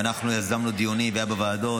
ואנחנו יזמנו דיונים גם בוועדות.